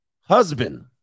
husband